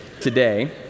today